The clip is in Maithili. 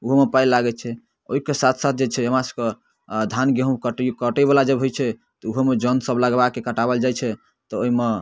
ओहूमे पाइ लागै छै ओहिके साथ साथ जे छै हमरासभके आओर धान गेहूँ कटैओ कटैवला जब होइ छै तऽ ओहोमे जनसभ लगबाकऽ कटाओल जाइ छै तऽ ओहिमे